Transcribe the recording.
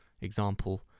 example